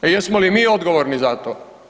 A jesmo li mi odgovorni za to?